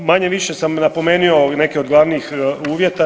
Manje-više sam napomenuo neke od glavnih uvjeta.